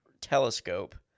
telescope